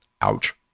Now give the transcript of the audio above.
Ouch